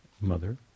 mother